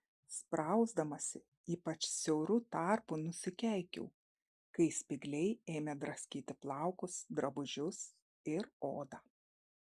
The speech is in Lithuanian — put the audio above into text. sprausdamasi ypač siauru tarpu nusikeikiau kai spygliai ėmė draskyti plaukus drabužius ir odą